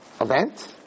event